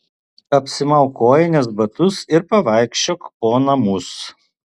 apsimauk kojines batus ir pavaikščiok po namus